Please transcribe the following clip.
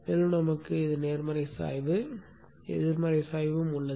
மேலும் நமக்கு நேர்மறை சாய்வு எதிர்மறை சாய்வு உள்ளது